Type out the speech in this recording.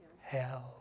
Hell